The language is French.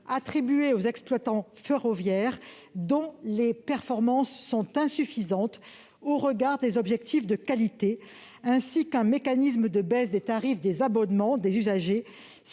attribuées aux exploitants ferroviaires dont les performances sont insuffisantes au regard des objectifs de qualité, ainsi que d'un mécanisme de baisse des tarifs des abonnements des usagers